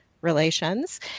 Relations